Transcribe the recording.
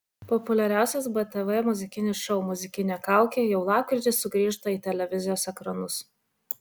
populiariausias btv muzikinis šou muzikinė kaukė jau lapkritį sugrįžta į televizijos ekranus